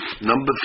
Number